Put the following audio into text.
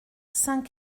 saint